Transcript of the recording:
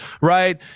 right